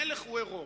המלך הוא עירום.